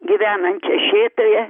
gyvenančią šėtoje